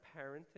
parenting